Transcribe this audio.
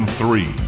three